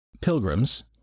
Pilgrims